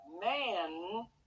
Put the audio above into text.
man